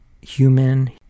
human